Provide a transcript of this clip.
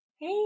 Hey